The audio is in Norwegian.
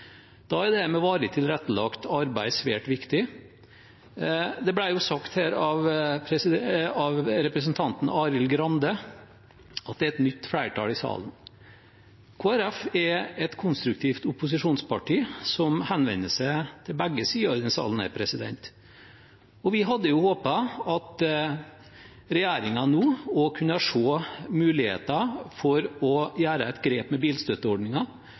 Da er det med varig tilrettelagt arbeid svært viktig. Det ble sagt her av representanten Arild Grande at det er et nytt flertall i salen. Kristelig Folkeparti er et konstruktivt opposisjonsparti som henvender seg til begge sider i denne salen, og vi hadde håpet at regjeringen nå kunne se muligheter for å gjøre et grep med